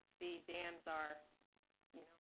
the dams are you know,